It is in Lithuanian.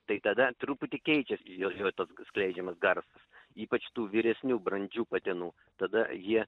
tai tada truputį keičiasi jo jo skleidžiamas garsas ypač tų vyresnių brandžių patinų tada jie